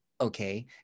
okay